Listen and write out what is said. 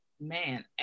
man